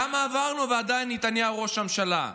כמה עברנו, ועדיין נתניהו ראש הממשלה.